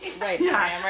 right